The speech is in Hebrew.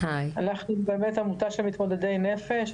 אנחנו באמת עמותה של מתמודדי נפש.